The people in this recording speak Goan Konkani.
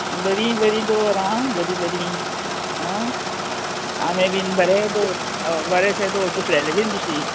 बरी बरी दवर आं बरीं बरीं आं आंबे बीन बरें दवर हय बरेंशें दोर कुसलेलें बीन दिशी